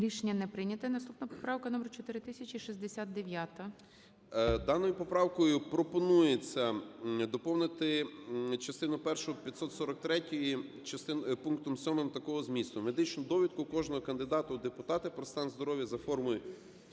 Рішення не прийнято. Наступна поправка - номер 4069. 16:39:47 СИДОРОВИЧ Р.М. Даною поправкою пропонується доповнити частину першу 543-ї пунктом 7 такого змісту: "медичну довідку кожного кандидата у депутати про стан здоров'я за формою,